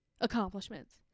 accomplishments